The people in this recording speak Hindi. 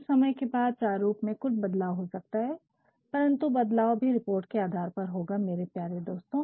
कुछ समय के बाद प्रारूप में कुछ बदलाव हो सकता है परन्तु बदलाव भी रिपोर्ट के आधार पर होगा मेरे प्यारे दोस्तों